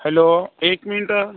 hello एक मिनटं